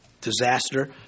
disaster